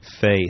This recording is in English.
faith